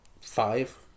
Five